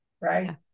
right